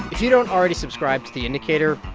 you don't already subscribe to the indicator,